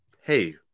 hey